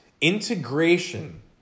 integration